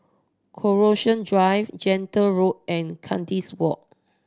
Coronation Drive Gentle Road and Kandis Walk